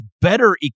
better